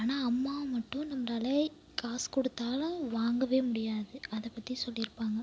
ஆனால் அம்மாவை மட்டும் நம்மளால் காசு கொடுத்தாலும் வாங்கவே முடியாது அதைப் பற்றி சொல்லியிருப்பாங்க